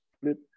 split